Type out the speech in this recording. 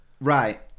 Right